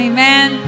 Amen